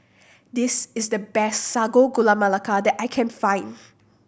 this is the best Sago Gula Melaka that I can find